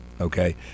okay